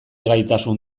gaitasun